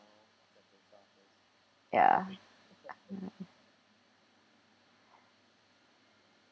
ya